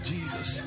Jesus